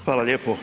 Hvala lijepo.